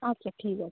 আচ্ছা ঠিক আছে